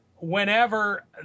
whenever